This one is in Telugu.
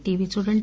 టీవీ చూడండి